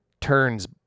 turns